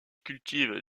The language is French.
cultivent